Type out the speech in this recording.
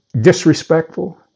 disrespectful